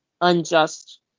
unjust